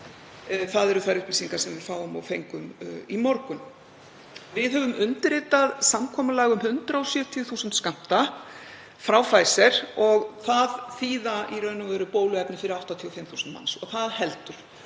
Það eru þær upplýsingar sem við fáum og fengum í morgun. Við höfum undirritað samkomulag um 170.000 skammta frá Pfizer og það þýðir í raun og veru bóluefni fyrir 85.000 manns, og það heldur.